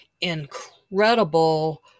incredible